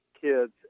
kids